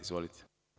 Izvolite.